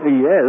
Yes